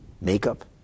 makeup